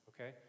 Okay